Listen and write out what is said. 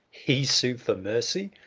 he sue for mercy!